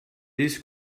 this